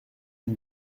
une